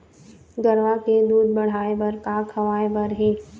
गरवा के दूध बढ़ाये बर का खवाए बर हे?